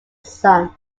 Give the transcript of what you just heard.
son